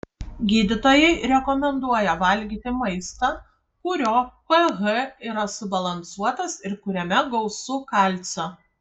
gydytojai rekomenduoja valgyti maistą kurio ph yra subalansuotas ir kuriame gausu kalcio